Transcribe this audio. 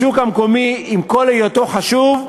השוק המקומי, עם כל היותו חשוב,